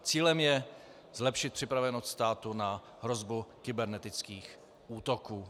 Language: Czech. Cílem je zlepšit připravenost státu na hrozbu kybernetických útoků.